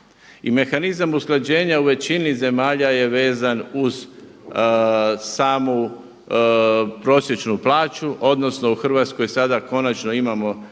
mehanizam usklađenja u većini zemalja je vezan uz samu prosječnu plaću, odnosno u Hrvatskoj sada konačno imamo